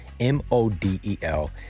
M-O-D-E-L